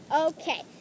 Okay